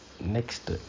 next